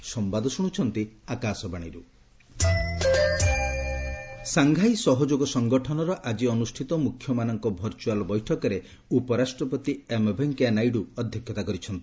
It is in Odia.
ଏସ୍ସିଓ ବୈଠକ ସାଂଘାଇ ସହଯୋଗ ସଂଗଠନର ଆଜି ଅନୁଷ୍ଠିତ ମୁଖ୍ୟମାନଙ୍କ ଭର୍ଚୁଆଲ୍ ବୈଠକରେ ଉପରାଷ୍ଟ୍ରପତି ଏମ୍ ଭେଙ୍କୟା ନାଇଡୁ ଅଧ୍ୟକ୍ଷତା କରିଛନ୍ତି